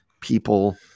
people